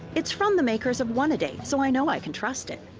it's from the makers of one-a-day, so i know i can trust it.